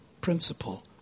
principle